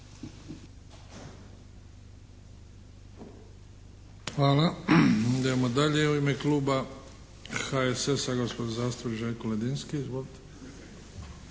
Hvala. Idemo dalje. U ime Kluba HSS-a gospodin zastupnik Željko Ledinski izvolite.